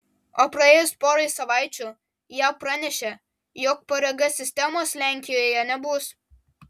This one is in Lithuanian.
o praėjus porai savaičių jav pranešė jog prg sistemos lenkijoje nebus